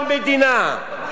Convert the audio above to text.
כל מדינה,